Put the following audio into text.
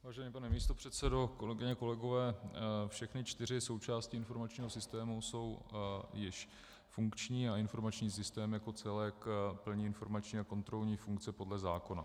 Vážený pane místopředsedo, kolegyně, kolegové, všechny čtyři součásti informačního systému jsou již funkční a informační systém jako celek plní informační a kontrolní funkce podle zákona.